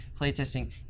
playtesting